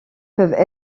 peuvent